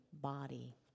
body